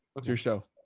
what's your show?